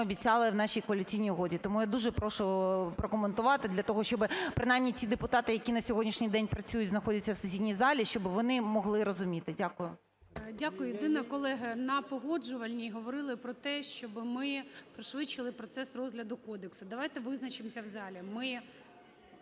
обіцяли в нашій коаліційній угоді. Тому я дуже прошу прокоментувати для того, щоб принаймні ті депутати, які на сьогоднішній день працюють, знаходяться в сесійній залі, щоб вони могли розуміти. Дякую. ГОЛОВУЮЧИЙ. Дякую. Єдине, колеги, на Погоджувальній говорили про те, щоб ми пришвидшили процес розгляду кодексу. Давайте визначимося в залі,